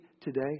today